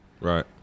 Right